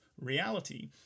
reality